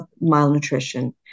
malnutrition